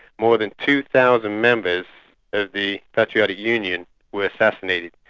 more than two thousand members of the patriotic union were assassinated,